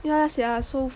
yah sia